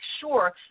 sure